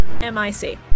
M-I-C